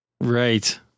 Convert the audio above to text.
Right